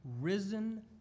risen